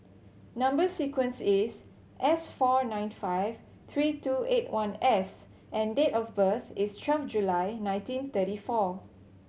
number sequence is S four nine five three two eight one S and date of birth is twelve July nineteen thirty four